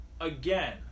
again